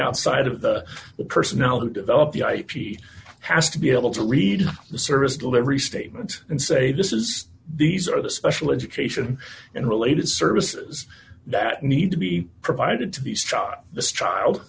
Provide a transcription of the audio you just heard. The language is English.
outside of the personnel who develop the ip has to be able to read the service delivery statement and say this is these are the special education and related services that need to be provided to these try this child